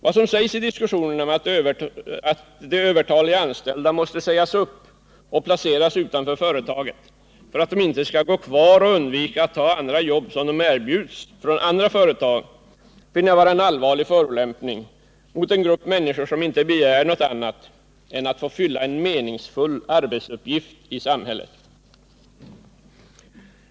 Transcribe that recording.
Att det i diskussionen sägs att de övertaliga anställda måste sägas upp och placeras utanför företaget för att de ej skall gå kvar och undvika att ta andra arbeten som de erbjuds av andra företag, finner jag vara en allvarlig förolämpning mot en grupp människor, som inte begär något annat än att få fylla en meningsfull arbetsuppgift i samhället.